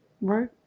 Right